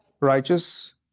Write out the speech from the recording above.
Righteous